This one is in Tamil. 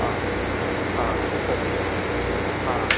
ஆ ஆ ஆ சரிங்க சார் ஆ